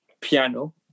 piano